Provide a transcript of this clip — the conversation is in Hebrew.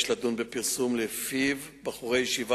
אדוני השר,